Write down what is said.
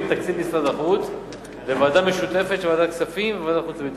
בתקציב משרד החוץ לוועדה משותפת של ועדת הכספים וועדת החוץ והביטחון.